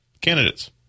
candidates